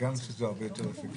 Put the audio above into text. גם שזה הרבה יותר אפקטיבי,